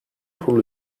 kurulu